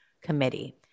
committee